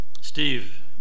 Steve